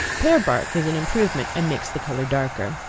pear bark is an improvement and makes the color darker.